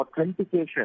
authentication